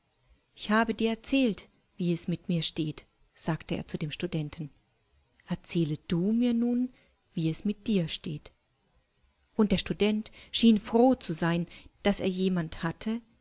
ich habe dir erzählt wie es mit mir steht sagte er zu dem studenten erzähle du mir nun wie es mit dir steht und der student schien froh zu sein daßerjemandhatte